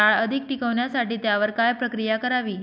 डाळ अधिक टिकवण्यासाठी त्यावर काय प्रक्रिया करावी?